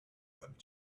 that